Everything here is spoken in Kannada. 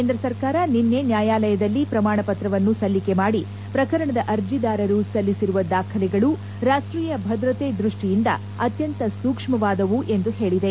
ಕೇಂದ್ರ ಸರ್ಕಾರ ನಿನ್ನೆ ನ್ಯಾಯಾಲಯದಲ್ಲಿ ಪ್ರಮಾಣಪತ್ರವನ್ನು ಸಲ್ಲಿಕೆ ಮಾಡಿ ಪ್ರಕರಣದಲ್ಲಿ ಅರ್ಜಿದಾರರು ಸಲ್ಲಿಸಿರುವ ದಾಖಲೆಗಳು ರಾಷ್ಟೀಯ ಭದ್ರತೆ ದೃಷ್ವಿಯಿಂದ ಅತ್ಯಂತ ಸೂಕ್ಷ್ಮವಾದವು ಎಂದು ಹೇಳಿದೆ